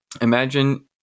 Imagine